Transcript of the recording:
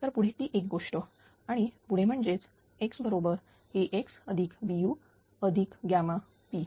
तर पुढे ती एक गोष्ट आणि पुढे म्हणजेच X बरोबरAXBu ୮p